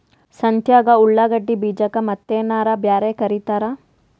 ಸಂತ್ಯಾಗ ಉಳ್ಳಾಗಡ್ಡಿ ಬೀಜಕ್ಕ ಮತ್ತೇನರ ಬ್ಯಾರೆ ಕರಿತಾರ?